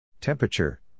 Temperature